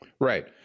Right